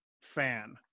fan